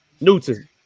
Newton